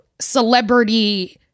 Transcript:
celebrity-